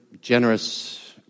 generous